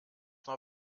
war